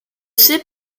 sait